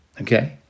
okay